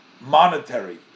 monetary